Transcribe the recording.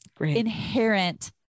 inherent